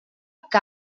que